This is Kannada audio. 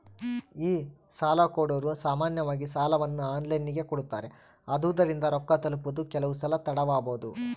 ಈ ಸಾಲಕೊಡೊರು ಸಾಮಾನ್ಯವಾಗಿ ಸಾಲವನ್ನ ಆನ್ಲೈನಿನಗೆ ಕೊಡುತ್ತಾರೆ, ಆದುದರಿಂದ ರೊಕ್ಕ ತಲುಪುವುದು ಕೆಲವುಸಲ ತಡವಾಬೊದು